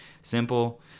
simple